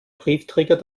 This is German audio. briefträger